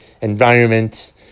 environment